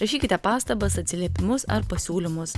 rašykite pastabas atsiliepimus ar pasiūlymus